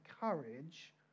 courage